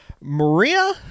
Maria